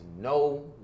no